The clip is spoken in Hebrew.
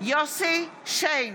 יוסף שיין,